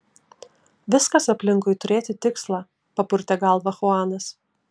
viskas aplinkui turėti tikslą papurtė galvą chuanas